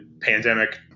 pandemic